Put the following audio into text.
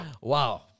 wow